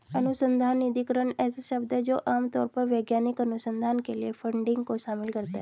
अनुसंधान निधिकरण ऐसा शब्द है जो आम तौर पर वैज्ञानिक अनुसंधान के लिए फंडिंग को शामिल करता है